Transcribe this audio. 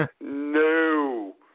No